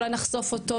אולי נחשוף אותו,